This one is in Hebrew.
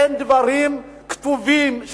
אין דברים כתובים,